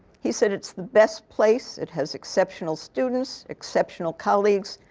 he said, it's the best place. it has exceptional students, exceptional colleagues.